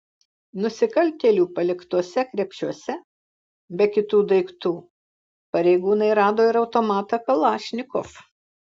nusikaltėlių paliktuose krepšiuose be kitų daiktų pareigūnai rado ir automatą kalašnikov